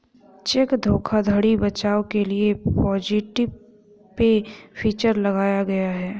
check धोखाधड़ी बचाव के लिए पॉजिटिव पे फीचर लाया गया है